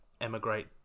emigrate